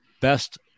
best